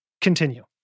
Continue